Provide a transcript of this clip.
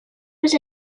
was